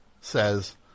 says